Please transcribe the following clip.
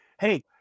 hey